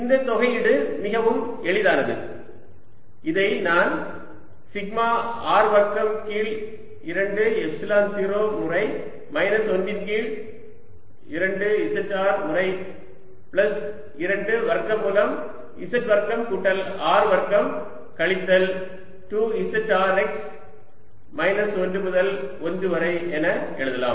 இந்த தொகையீடு மிகவும் எளிதானது இதை நான் சிக்மா R வர்க்கம் கீழ் 2 எப்சிலன் 0 முறை மைனஸ் 1 இன் கீழ் 2 z R முறை பிளஸ் 2 வர்க்கமூலம் z வர்க்கம் கூட்டல் R வர்க்கம் கழித்தல் 2 z R x மைனஸ் 1 முதல் 1 வரை என எழுதலாம்